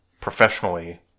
professionally